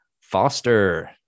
Foster